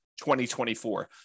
2024